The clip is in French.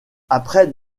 après